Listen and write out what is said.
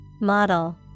Model